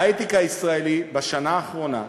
ההיי-טק הישראלי בשנה האחרונה,